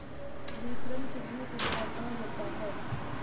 विपणन कितने प्रकार का होता है?